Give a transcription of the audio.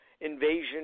invasion